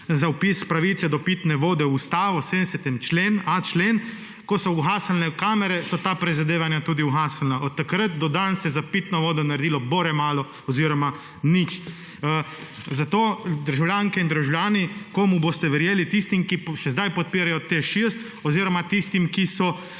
za vpis pravice do pitne vode v Ustavo v 70.a člen, ko so ugasnile kamere, so ta prizadevanja tudi ugasnila. Od takrat do danes se je za pitno vodo naredilo bore malo oziroma nič. Zato državljanke in državljani, komu boste: verjeli tistim, ki še zdaj podpirajo TEŠ 6, oziroma tistim, ki so